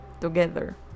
together